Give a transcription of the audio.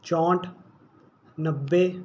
ਚੌਂਹਟ ਨੱਬੇ